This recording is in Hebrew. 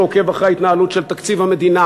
שעוקב אחר ההתנהלות של תקציב המדינה